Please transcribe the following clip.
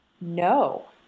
No